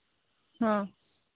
ᱦᱮᱸ